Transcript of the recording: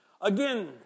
Again